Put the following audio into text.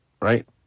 right